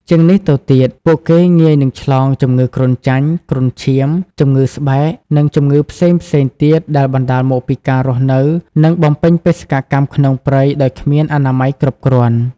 ជាងនេះទៅទៀត ពួកគេងាយនឹងឆ្លង ជំងឺគ្រុនចាញ់ គ្រុនឈាម ជំងឺស្បែក និងជំងឺផ្សេងៗទៀតដែលបណ្ដាលមកពីការរស់នៅ និងបំពេញបេសកកម្មក្នុងព្រៃដោយគ្មានអនាម័យគ្រប់គ្រាន់។